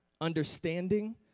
understanding